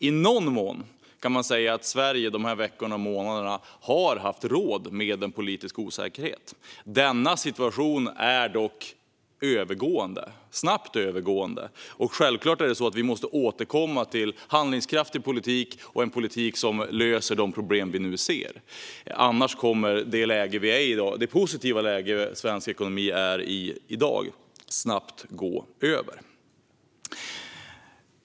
I någon mån kan man säga att Sverige under dessa veckor och månader har haft råd med en politisk osäkerhet. Denna situation är dock snabbt övergående, och vi måste självklart återgå till en handlingskraftig politik som löser de problem vi nu ser. Annars kommer det positiva läge som svensk ekonomi i dag befinner sig i snabbt att gå över.